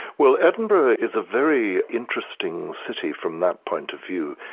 well edinburgh is a very interesting city from that point of view.